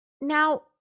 now